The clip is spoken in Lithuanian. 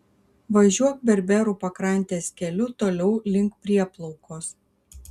važiuok berberų pakrantės keliu toliau link prieplaukos